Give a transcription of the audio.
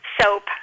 Soap